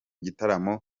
gitaramo